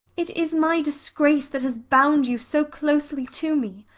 it is my disgrace that has bound you so closely to me.